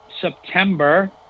September